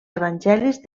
evangelis